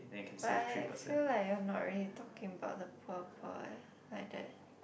but I feel like you are not really talking about the poor poor eh like that